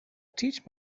teach